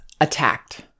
attacked